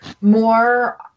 more